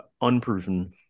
unproven